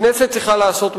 הכנסת צריכה לעשות מעשה,